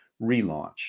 relaunch